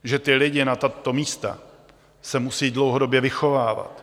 Že lidi na tato místa se musí dlouhodobě vychovávat.